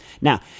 Now